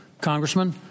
Congressman